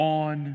on